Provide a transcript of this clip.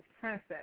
Princess